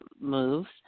moves